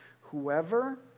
Whoever